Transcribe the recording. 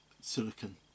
silicon